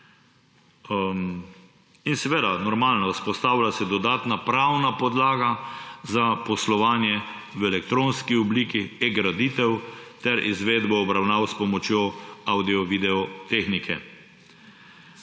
In seveda, normalno, vzpostavlja se dodatna pravna podlaga za poslovanje v elektronski obliki, e-graditev, ter izvedba obravnav s pomočjo avdiovideo tehnike.